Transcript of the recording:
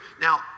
Now